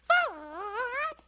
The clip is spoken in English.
oh,